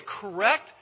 correct